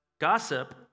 gossip